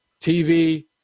TV